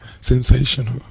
Sensational